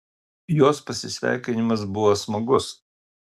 jos pasisveikinimas buvo smagus